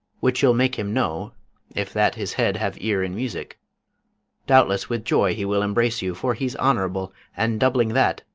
which will make him know if that his head have ear in music doubtless with joy he will embrace you for he's honourable, and, doubling that,